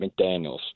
McDaniels